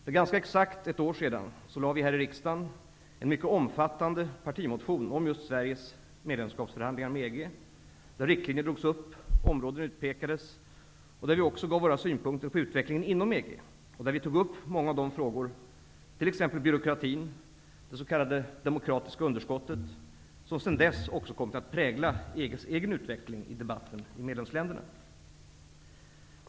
För ganska exakt ett år sedan lade vi här i riksdagen en mycket omfattande partimotion om just Sveriges medlemskapsförhandlingar med EG, där riktlinjer drogs upp, områden utpekades och där vi också gav våra synpunkter på utvecklingen inom EG och där vi tog upp många av de frågor, t.ex. byråkratin, det s.k. demokratiska underskottet, som sedan dess också kommit att prägla EG:s egen utveckling i debatten i medlemsländerna.